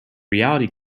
reality